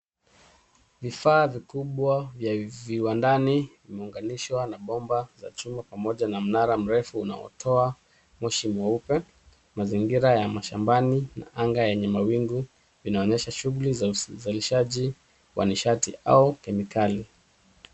Vifaa vikubwa vya viwandani, vimeunganishwa na bomba za chuma pamoja na mnara mrefu unaotaoa moshi mweupe, mazingira ya mashambani, na anga yenye mawingu, inaonesha shuguli za uzalishaji wa nishati au kemikali.